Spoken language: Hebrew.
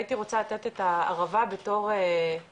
הייתי רוצה לתת את הערבה בתור דוגמה